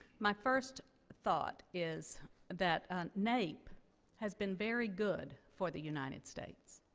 my first thought is that naep has been very good for the united states.